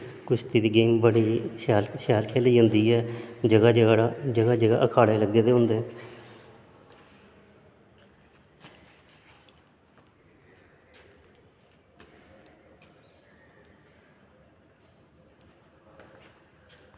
कुश्ती दी गेम बड़ी शैल खेली जंदी ऐ जगा जगा अ खाड़े लग्गे दे होंदे